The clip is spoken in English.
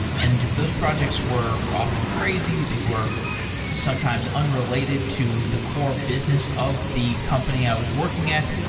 and those projects were often crazy. they were sometimes unrelated to the core business of the company i was working at.